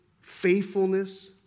faithfulness